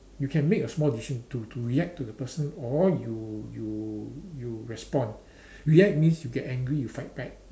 you can make a small decision to to react to the person or you you you respond react means you get angry you fight back